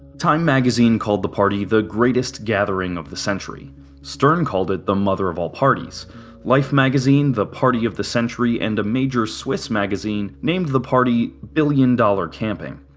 time magazine called the party the greatest gathering of the century stern called it the mother of all parties life magazine the party of the century and a major swiss magazine named the party billion-dollar camping.